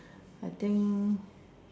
I think